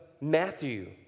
Matthew